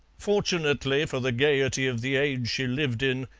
fortunately for the gaiety of the age she lived in,